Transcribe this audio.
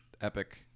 epic